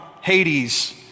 Hades